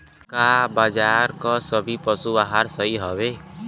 का बाजार क सभी पशु आहार सही हवें?